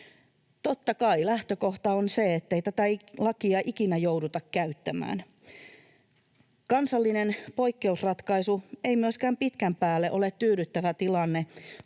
Totta kai lähtökohta on se, ettei tätä lakia ikinä jouduta käyttämään. Kansallinen poikkeusratkaisu ei myöskään pitkän päälle ole tyydyttävä tilanne,